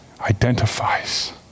identifies